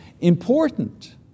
important